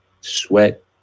sweat